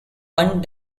one